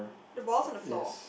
the ball's on the floor